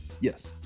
Yes